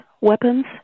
weapons